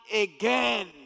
again